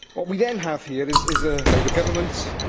what we then have here is is a labour government